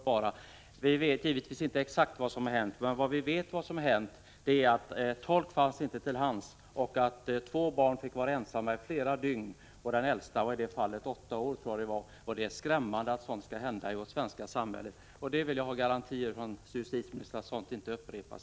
Herr talman! Jag är tacksam för det sista beskedet. Vi vet givetvis inte exakt vad som har hänt, men vi vet att tolk inte fanns till hands och att två barn — det äldsta var åtta år, tror jag — fick vara ensamma i flera dygn. Det är skrämmande att sådant kunnat hända i vårt svenska samhälle, och jag vill ha garantier av justitieministern för att händelsen inte upprepas.